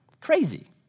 Crazy